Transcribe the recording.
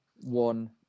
one